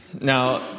Now